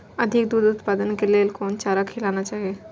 अधिक दूध उत्पादन के लेल कोन चारा खिलाना चाही?